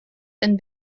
and